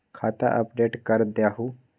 खाता अपडेट करदहु?